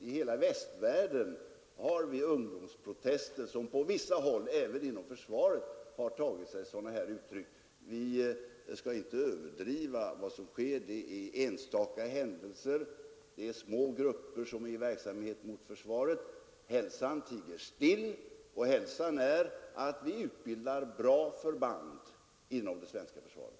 I hela västvärlden har man ungdomsprotester, som på vissa håll — även inom försvaret — har tagit sig sådana uttryck. Vi bör inte överdriva vad som sker; det är enstaka händelser. Det är små grupper som är i verksamhet mot försvaret. Hälsan tiger still, och hälsan är att vi utbildar bra förband inom det svenska försvaret.